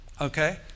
okay